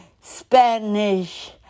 Spanish